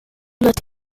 note